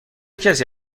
کسی